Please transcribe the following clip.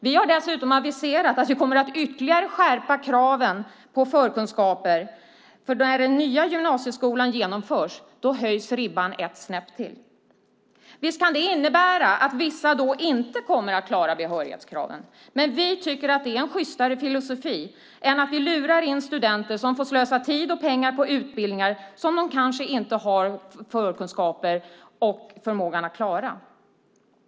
Vi har dessutom aviserat att vi kommer att ytterligare skärpa kraven på förkunskaper, för när den nya gymnasieskolan genomförs höjs ribban ett snäpp till. Visst kan det innebära att vissa inte kommer att klara behörighetskraven, men vi tycker att det är en sjystare filosofi än att lura in studenter som får slösa tid och pengar på utbildningar som de kanske inte har förkunskaper och förmågan att klara.